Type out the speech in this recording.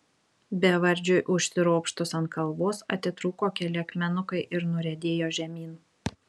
bevardžiui užsiropštus ant kalvos atitrūko keli akmenukai ir nuriedėjo žemyn